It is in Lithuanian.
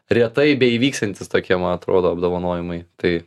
retai beįvyksiantys tokie man atrodo apdovanojimai tai